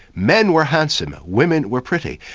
men were handsome, ah women were pretty.